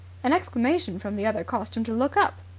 an exclamation from the other caused him to look up.